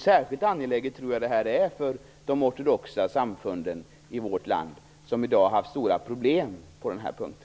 Särskilt angeläget tror jag det här är för de ortodoxa samfunden i vårt land, vilka har haft stora problem på den här punkten.